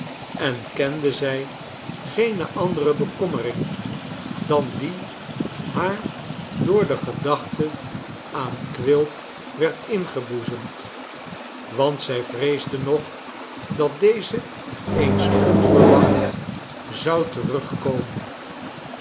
en kende zij geene andere bekommering dan die haar door de gedachte aan quilp werd ingeboezemd want zij vreesde nog dat deze eens onverwacht zou terugkomen